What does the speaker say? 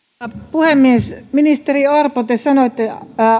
puhemies ministeri orpo te sanoitte